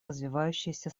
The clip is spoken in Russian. развивающиеся